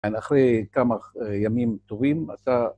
‫אחרי כמה ימים טובים, אתה...